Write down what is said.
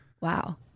Wow